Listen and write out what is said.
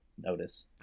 notice